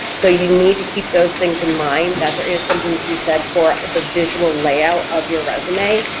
so you need to keep those things in mind, that there is something to be said for the visual layout of your resume,